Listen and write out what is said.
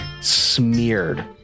smeared